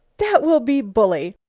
that will be bully.